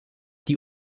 die